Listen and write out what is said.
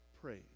praise